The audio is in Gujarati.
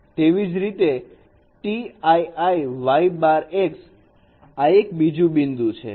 તેવી જ રીતે T i i y x આ એક બીજું બિંદુ છે